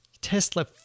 Tesla